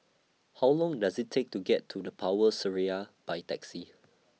How Long Does IT Take to get to The Power Seraya By Taxi